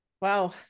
Wow